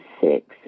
six